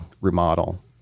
remodel